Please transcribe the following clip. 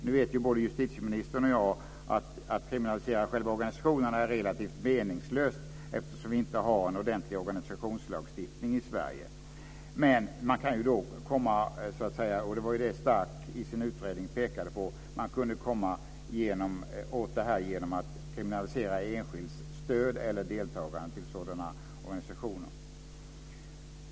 Nu vet både justitieministern och jag att det är relativt meningslöst att kriminalisera själva organisationerna eftersom vi inte har en ordentlig organisationslagstiftning i Sverige. Men man kan ju komma åt det här, och det var det Stark i sin utredning pekade på, genom att kriminalisera enskilds stöd till eller deltagande i sådana organisationer.